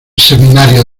seminario